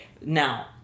now